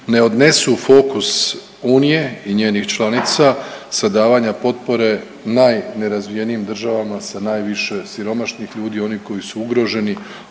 ne odnesu fokus Unije i njenih članica sa davanja potpore najnerazvijenijim državama, sa najviše siromašnih ljudi, oni koji su ugroženi,